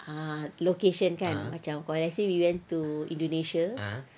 ah location kan macam for let's say we went to indonesia